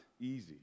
easy